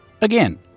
Again